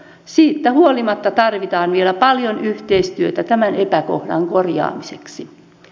siitä huolimatta tarvitaan vielä paljon yhteistyötä tämän epäkohdan korjaamiseksi